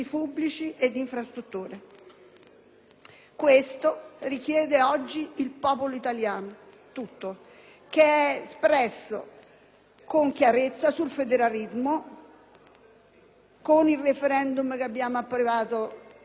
che richiede oggi il popolo italiano, tutto, che si è espresso con chiarezza sul federalismo con il *referendum* approvato nel 2001,